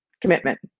commitment